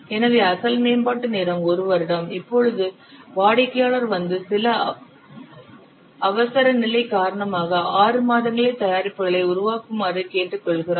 எனவே அசல் மேம்பாட்டு நேரம் 1 வருடம் இப்போது வாடிக்கையாளர் வந்து சில அவசரநிலை காரணமாக 6 மாதங்களில் தயாரிப்புகளை உருவாக்குமாறு கேட்டுக்கொள்கிறார்